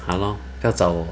!hannor! 不要找我